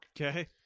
Okay